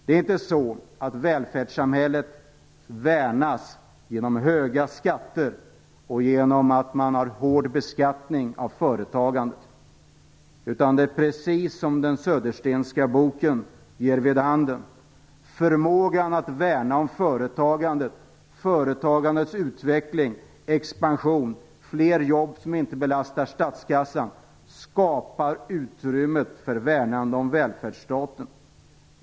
Det är inte så att välfärdssamhället värnas genom höga skatter och genom en hård beskattning av företagandet, utan det är precis som den söderstenska boken ger vid handen, att förmågan att värna om företagandet, företagandets utveckling och expansion med fler jobb som inte belastar statskassan skapar utrymmet för värnande av välfärdsstaten.